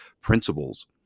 principles